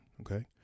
okay